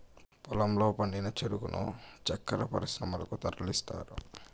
పొలంలో పండిన చెరుకును చక్కర పరిశ్రమలకు తరలిస్తారు